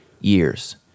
years